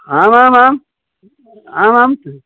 आमामाम् आमां